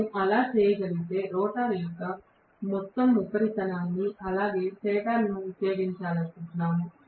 మేము అలా చేయగలిగితే రోటర్ యొక్క మొత్తం ఉపరితలాన్ని అలాగే స్టేటర్ను ఉపయోగించుకుంటున్నాము